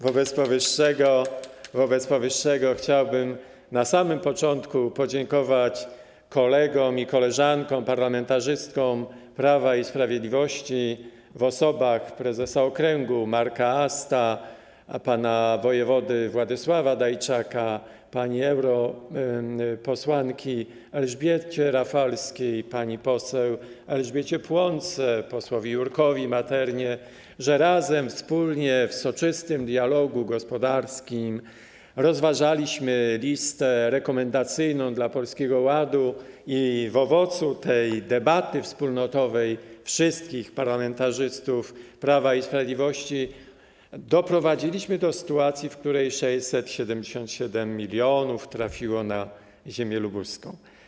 Wobec powyższego chciałbym na samym początku podziękować kolegom i koleżankom parlamentarzystom Prawa i Sprawiedliwości w osobach prezesa okręgu Marka Asta, pana wojewody Władysława Dajczaka, pani europosłanki Elżbiety Rafalskiej, pani poseł Elżbiety Płonki, posła Jurka Materny, że razem, wspólnie, w soczystym dialogu gospodarskim, rozważaliśmy listę rekomendacyjną dla Polskiego Ładu i owocem tej debaty wspólnotowej wszystkich parlamentarzystów Prawa i Sprawiedliwości było to, że doprowadziliśmy do sytuacji, w której 677 mln trafiło na ziemię lubuską.